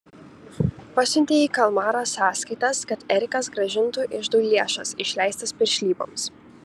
pasiuntė į kalmarą sąskaitas kad erikas grąžintų iždui lėšas išleistas piršlyboms